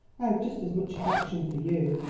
i have just as much affection for you,